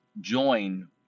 join